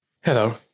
Hello